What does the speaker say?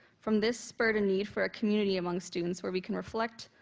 from this spurred a need for a community among students where we can reflect,